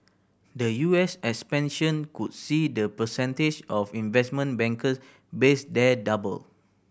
the U S expansion could see the percentage of investment banker based there double